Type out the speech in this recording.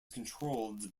controlled